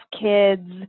kids